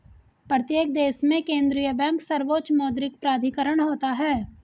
प्रत्येक देश में केंद्रीय बैंक सर्वोच्च मौद्रिक प्राधिकरण होता है